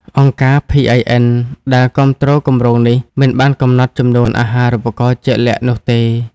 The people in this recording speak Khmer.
អង្គការ PIN ដែលគាំទ្រគម្រោងនេះ មិនបានកំណត់ចំនួនអាហារូបករណ៍ជាក់លាក់នោះទេ។